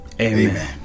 Amen